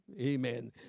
amen